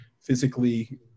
physically